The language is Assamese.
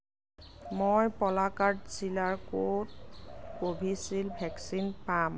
মই পলাক্কাদ জিলাৰ ক'ত কোভিচিল্ড ভেকচিন পাম